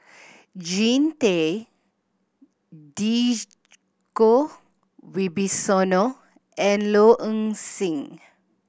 Jean Tay Djoko Wibisono and Low Ng Sing